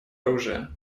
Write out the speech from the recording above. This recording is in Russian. оружия